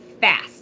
fast